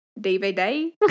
DVD